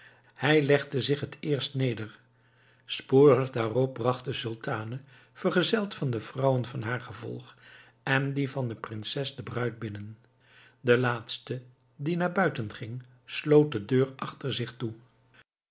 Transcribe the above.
hij legde zich het eerst neder spoedig daarop bracht de sultane vergezeld van de vrouwen van haar gevolg en die van de prinses de bruid binnen de laatste die naar buiten ging sloot de deur achter zich toe